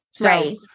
Right